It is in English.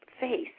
face